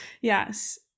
Yes